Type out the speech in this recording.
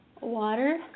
Water